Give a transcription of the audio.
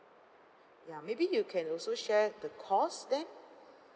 ya maybe you can also share the cost then